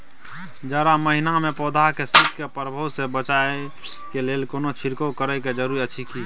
जारा महिना मे पौधा के शीत के प्रभाव सॅ बचाबय के लेल कोनो छिरकाव करय के जरूरी अछि की?